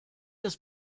des